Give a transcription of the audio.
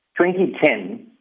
2010